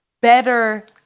better